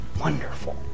wonderful